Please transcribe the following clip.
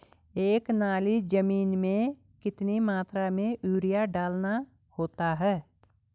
एक नाली जमीन में कितनी मात्रा में यूरिया डालना होता है?